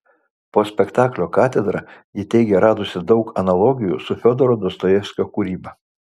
po spektaklio katedra ji teigė radusi daug analogijų su fiodoro dostojevskio kūryba